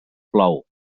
plou